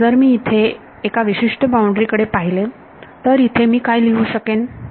म्हणून जर मी इथे एका विशिष्ट बाउंड्री कडे पाहिले तर इथे मी काय लिहू शकेन